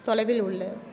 தொலைவில் உள்ள